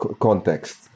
context